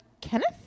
Kenneth